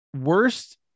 worst